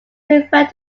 referred